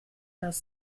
das